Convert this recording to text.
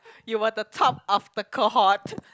you were the top of the cohort